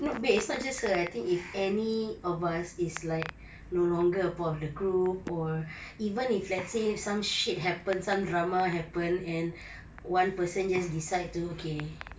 no babe it's not just her I think if any of us is like no longer a part of the group or even if let's say some shit happens some drama happen and one person just decide to okay